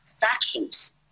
factions